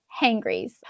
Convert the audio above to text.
hangries